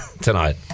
tonight